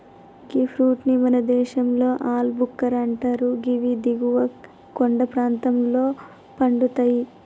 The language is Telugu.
గీ ఫ్రూట్ ని మన దేశంలో ఆల్ భుక్కర్ అంటరు గివి దిగువ కొండ ప్రాంతంలో పండుతయి